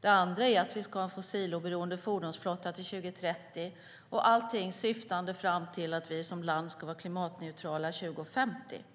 Det andra är att vi ska ha en fossiloberoende fordonsflotta till 2030. Allt detta syftar fram till att vi som land ska vara klimatneutrala 2050.